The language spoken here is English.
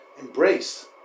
embrace